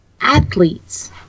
athletes